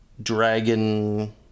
Dragon